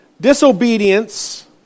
disobedience